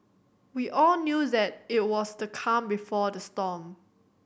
we all knew that it was the calm before the storm